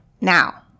Now